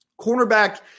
Cornerback